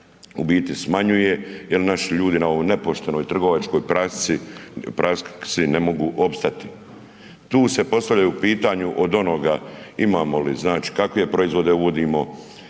u biti smanjuje jel naši ljudi na ovoj nepoštenoj trgovačkoj praksi ne mogu ostati. Tu se postavljaju pitanja od onoga, imamo li znači kakve proizvode uvodimo,